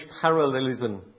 parallelism